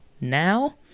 Now